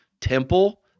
temple